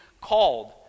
called